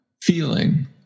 feeling